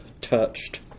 touched